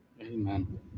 Amen